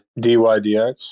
DYDX